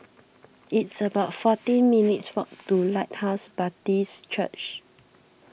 it's about fourteen minutes' walk to Lighthouse Baptist Church